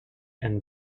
and